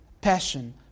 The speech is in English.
passion